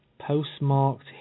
Postmarked